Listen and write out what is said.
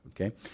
Okay